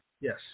Yes